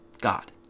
God